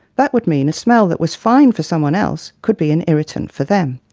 that would mean a smell that was fine for someone else could be an irritant for them.